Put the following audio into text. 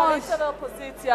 בין קואליציה לאופוזיציה.